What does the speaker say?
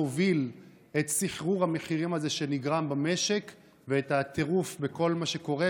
זה מס שהוביל את סחרור המחירים הזה שנגרם במשק ואת הטירוף בכל מה שקורה,